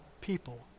people